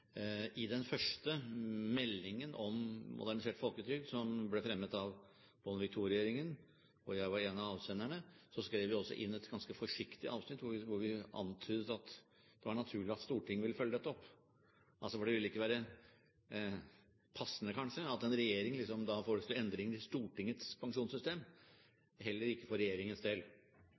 I den første meldingen om modernisert folketrygd, som ble fremmet av Bondevik II-regjeringen, hvor jeg var en av avsenderne, skrev vi også inn et ganske forsiktig avsnitt hvor vi antydet at det var naturlig at Stortinget ville følge dette opp, for det ville ikke være passende, kanskje, at en regjering foreslo endringer i Stortingets pensjonssystem – heller ikke for regjeringens del.